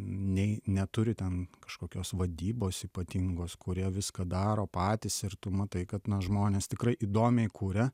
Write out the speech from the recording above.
nei neturi ten kažkokios vadybos ypatingos kurie viską daro patys ir tu matai kad na žmonės tikrai įdomiai kuria